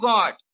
God